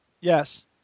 Yes